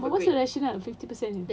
but what's the rationale fifty per cent